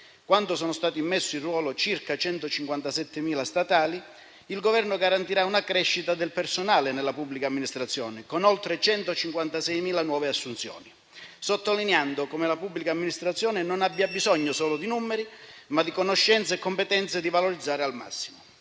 quando sono stati immessi in ruolo circa 157.000 statali, il Governo garantirà una crescita del personale nella pubblica amministrazione, con oltre 156.000 nuove assunzioni, sottolineando come la pubblica amministrazione non abbia bisogno solo di numeri, ma di conoscenze e competenze da valorizzare al massimo.